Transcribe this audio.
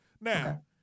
now